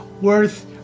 worth